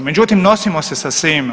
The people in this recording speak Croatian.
Međutim, nosimo se sa svime.